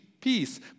peace